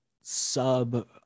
sub